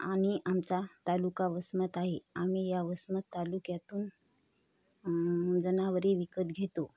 आणि आमचा तालुका वस्मत आहे आम्ही या वस्मत तालुक्यातून जनावरही विकत घेतो